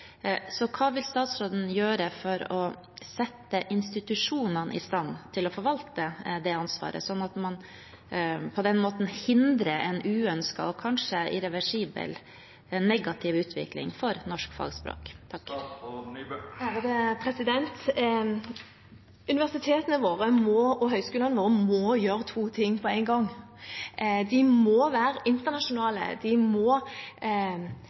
Hva vil statsråden gjøre for å sette institusjonene i stand til å forvalte det ansvaret, sånn at man på den måten hindrer en uønsket og kanskje irreversibel negativ utvikling for norsk fagspråk? Universitetene og høyskolene våre må gjøre to ting på en gang. De må være internasjonale, de må